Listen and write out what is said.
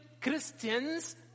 Christians